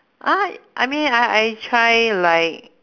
uh I mean I I try like